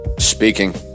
speaking